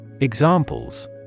Examples